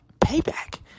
payback